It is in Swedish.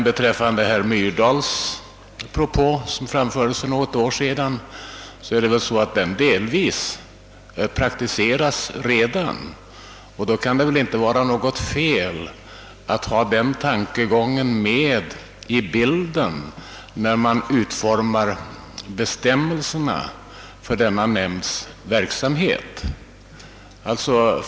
Beträffande herr Myrdals propå som framfördes för något år sedan så har den redan delvis praktiserats. Då kan det väl inte vara något fel att ha uppmärksamheten riktad på denna tankegång när man utformar bestämmelserna för nämndens verksamhet.